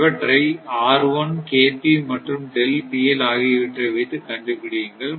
இவற்றை மற்றும் ஆகியவற்றை வைத்து கண்டுபிடியுங்கள்